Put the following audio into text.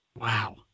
Wow